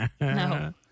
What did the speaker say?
No